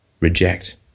reject